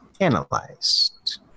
analyzed